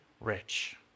rich